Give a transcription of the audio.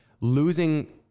losing